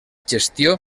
gestió